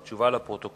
תודה.